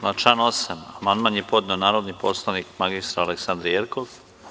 Na član 8. amandman je podnela narodni poslanik mr Aleksandra Jerkov.